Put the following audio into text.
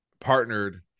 partnered